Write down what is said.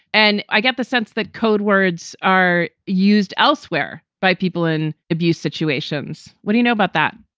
and i get the sense that code words are used elsewhere by people in abuse situations. what do you know about that?